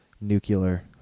nuclear